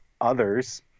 others